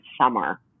summer